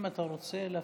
אם אתה רוצה להפסיק,